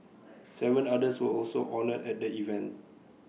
Seven others were also honoured at the event